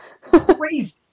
Crazy